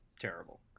terrible